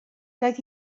doedd